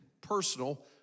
personal